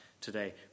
today